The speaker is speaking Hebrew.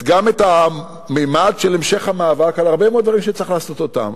גם את הממד של המשך המאבק על הרבה מאוד דברים שצריך לעשות אותם.